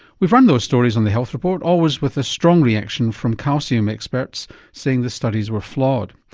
we've run those stories on the health report always with a strong reaction from calcium experts saying the studies were flawed.